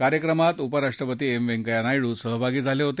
कार्यक्रमात उपराष्ट्रपती एम व्यंकय्या नायडू सहभागी झाले होते